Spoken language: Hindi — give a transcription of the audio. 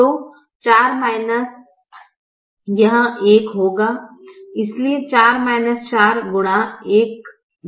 तो 4 यह 1 होगा इसलिए 4 4 गुना 1 0 है